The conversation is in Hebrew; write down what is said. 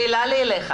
שאלה לי אליך